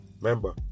Remember